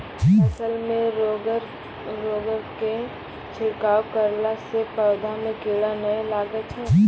फसल मे रोगऽर के छिड़काव करला से पौधा मे कीड़ा नैय लागै छै?